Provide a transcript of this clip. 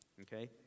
okay